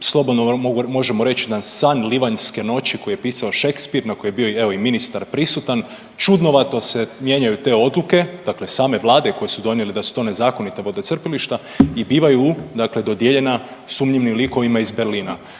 slobodno mogu reć jedan san livanjske noći koji je pisao Shakespeare na kojoj je bi evo i ministar prisutan, čudnovato se mijenjaju te odluke dakle same vlade koje su donijeli da su to nezakonita vodocrpilišta i bivaju dodijeljena sumnjivim likovima iz Berlina.